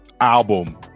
album